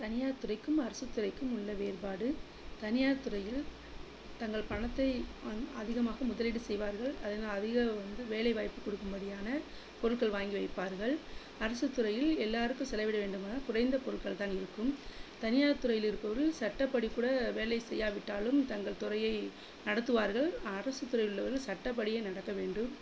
தனியார் துறைக்கும் அரசு துறைக்கும் உள்ள வேறுபாடு தனியார் துறையில் தங்கள் பணத்தை வந் அதிகமாக முதலீடு செய்வார்கள் அதனால் அதிக வந்து வேலை வாய்ப்பு கொடுக்கும்படியான பொருட்கள் வாங்கி வைப்பார்கள் அரசுத் துறையில் எல்லாேருக்கும் செலவிட வேண்டும் என குறைந்த பொருட்கள் தான் இருக்கும் தனியார் துறையில் இருப்பவர்கள் சட்டப்படி கூட வேலை செய்யா விட்டாலும் தங்கள் துறையை நடத்துவார்கள் அரசு துறையில் உள்ளவர்கள் சட்டப்படியே நடக்க வேண்டும்